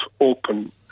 open